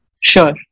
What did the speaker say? Sure